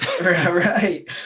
right